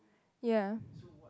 ya